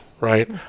right